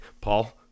Paul